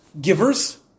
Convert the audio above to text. givers